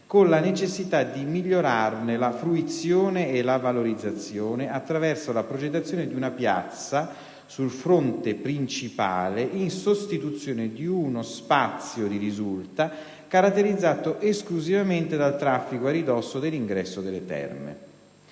con la necessità di migliorarne la fruizione e la valorizzazione, attraverso progettazione di una piazza sul fronte principale in sostituzione di uno spazio di risulta caratterizzato esclusivamente dal traffico a ridosso dell'ingresso delle terme.